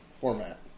format